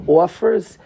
offers